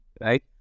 right